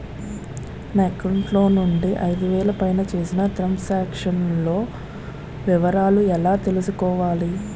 నా అకౌంట్ నుండి ఐదు వేలు పైన చేసిన త్రం సాంక్షన్ లో వివరాలు ఎలా తెలుసుకోవాలి?